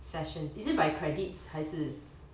sessions is it by credits 还是